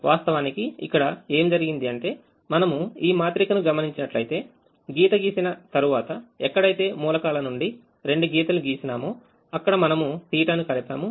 వాస్తవానికి ఇక్కడ ఏమి జరిగింది అంటే మనము ఈ మాత్రిక ను గమనించినట్లయితే గీత గీసిన తర్వాతఎక్కడైతే మూలకాల నుండి రెండు గీతలు గీసినామో అక్కడ మనము θ ను కలిపాము